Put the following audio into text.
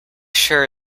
sure